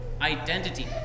identity